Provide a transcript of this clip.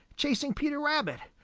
chasing peter rabbit.